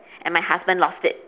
and my husband lost it